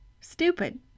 Stupid